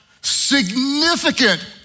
significant